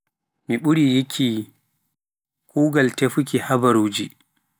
Mi ɓuri yikki kuugal tefuuki habaaruuji.